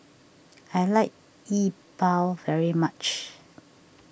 I like Yi Bua very much